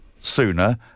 sooner